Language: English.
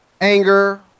anger